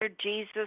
Jesus